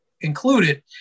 included